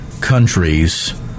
countries